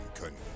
können